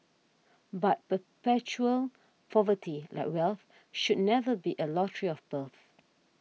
but perpetual poverty like wealth should never be a lottery of birth